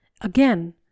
Again